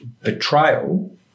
betrayal